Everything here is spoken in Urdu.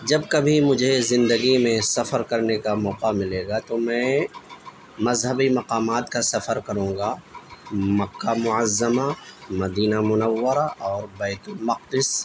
جب کبھی مجھے زندگی میں سفر کرنے کا موقع ملے گا تو میں مذہبی مقامات کا سفر کروں گا مکہ معظمہ مدینہ منورہ اور بیت المقدس